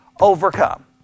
overcome